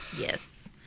Yes